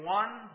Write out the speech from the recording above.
one